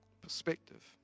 Perspective